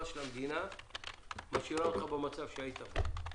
של המדינה משאירה אותך במצב שהיית בו,